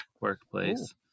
workplace